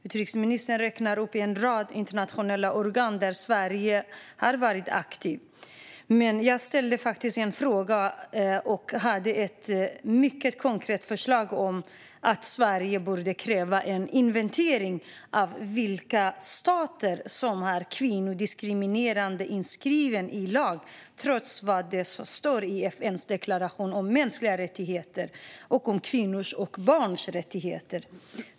Utrikesministern räknar upp en rad internationella organ där Sverige har varit aktivt. Jag ställde faktiskt en fråga och hade ett mycket konkret förslag om att Sverige borde kräva en inventering av vilka stater som har kvinnodiskriminering inskriven i lag, trots det som står i FN:s deklaration om mänskliga rättigheter och om kvinnors och barns rättigheter.